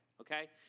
okay